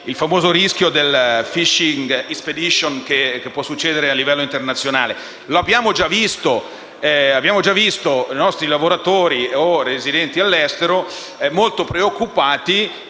al famoso rischio del *fishing expedition*, che si può verificare a livello internazionale. Abbiamo già visto i nostri concittadini lavoratori o residenti all'estero molto preoccupati